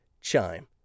Chime